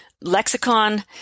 lexicon